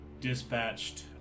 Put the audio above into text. dispatched